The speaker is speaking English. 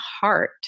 heart